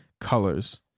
Colors